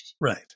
right